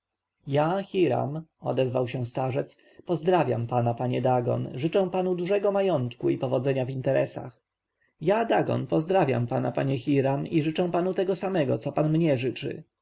ja hiram odezwał się starzec pozdrawiam pana panie dagon życzę panu dużego majątku i powodzenia w interesach ja dagon pozdrawiam pana panie hiram i życzę panu tego samego co pan mnie życzy